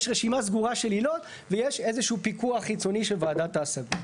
יש רשימה סגורה של עילות ויש איזה שהוא פיקוח חיצוני של ועדת ההשגות.